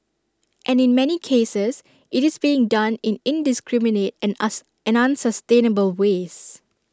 and in many cases IT is being done in indiscriminate and ask an unsustainable ways